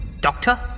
Doctor